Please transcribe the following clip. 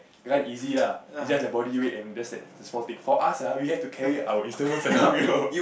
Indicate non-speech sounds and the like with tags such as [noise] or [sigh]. run easy lah besides their body weight and that's it that's a small thing for us ah we have to carry our instruments along you know [laughs]